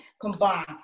combine